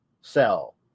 sell